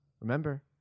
remember